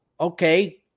okay